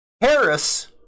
Harris